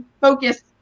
focus